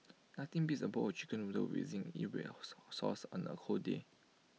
nothing beats A bowl of Chicken Noodles within sauce on A cold day